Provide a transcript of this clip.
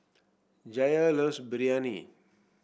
Jair loves Biryani